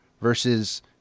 versus